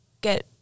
get